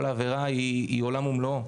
כל עבירה היא עולם ומלואו.